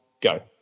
go